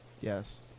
Yes